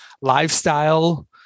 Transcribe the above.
lifestyle